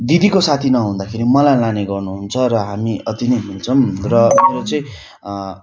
दिदीको साथी नहुँदाखेरि मलाई लाने गर्नु हुन्छ र हामी अति नै मिल्छौँ र यो चाहिँ